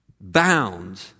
bound